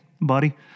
buddy